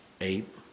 Eight